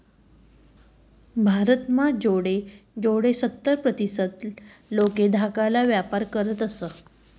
भारत म्हा जोडे जोडे सत्तर प्रतीसत लोके धाकाला व्यापार करतस